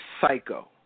psycho